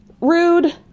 rude